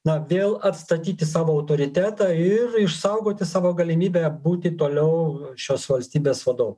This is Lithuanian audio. na vėl atstatyti savo autoritetą ir išsaugoti savo galimybę būti toliau šios valstybės vadovu